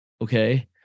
Okay